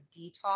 detox